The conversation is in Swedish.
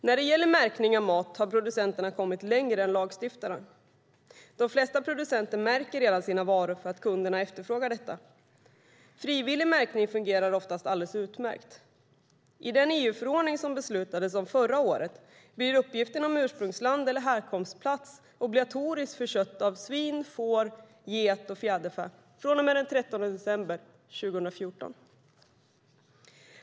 När det gäller märkning av mat har producenterna kommit längre än lagstiftaren. De flesta producenter märker redan sina varor för att kunderna efterfrågar detta. Frivillig märkning fungerar oftast alldeles utmärkt. Enligt den EU-förordning som det beslutades om förra året blir uppgift om ursprungsland eller härkomstplats obligatorisk för kött av svin, får, get och fjäderfä från och med den 13 december 2014.